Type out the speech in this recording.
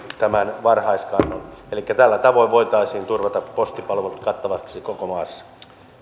tämän varhaiskannon tällä tavoin voitaisiin turvata postipalvelut kattaviksi koko maassa